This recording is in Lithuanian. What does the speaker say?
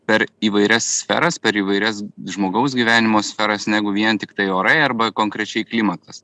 per įvairias sferas per įvairias žmogaus gyvenimo sferas negu vien tiktai orai arba konkrečiai klimatas